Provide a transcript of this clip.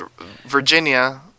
Virginia